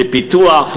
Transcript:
על הפיתוח,